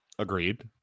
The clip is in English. Agreed